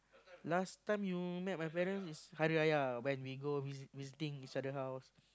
last time you met my parent is Hari Raya when we go visit visiting each other house